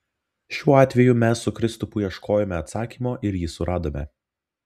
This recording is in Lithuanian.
šiuo atveju mes su kristupu ieškojome atsakymo ir jį suradome